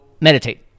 meditate